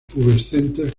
pubescentes